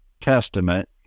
Testament